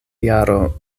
jaro